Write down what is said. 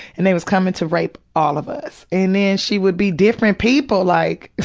and they was coming to rape all of us. and then she would be different people, like,